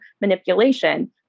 manipulation